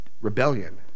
rebellion